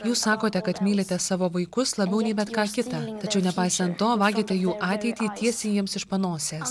jūs sakote kad mylite savo vaikus labiau nei bet ką kitą tačiau nepaisant to vagiate jų ateitį tiesiai jiems iš panosės